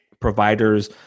providers